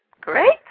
Great